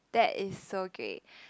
that is so gay